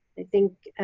i think